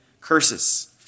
curses